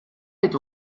mit